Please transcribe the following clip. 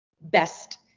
best